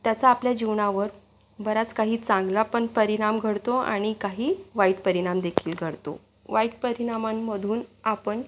त्याचा आपल्या जीवनावर बराच काही चांगला पण परिणाम घडतो आणि काही वाईट परिणामदेखील घडतो वाईट परिणामांमधून आपण